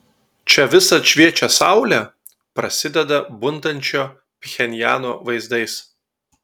čia visad šviečia saulė prasideda bundančio pchenjano vaizdais